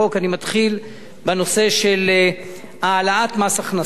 אני מתחיל בנושא של העלאת מס הכנסה.